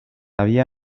había